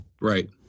right